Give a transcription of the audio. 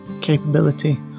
capability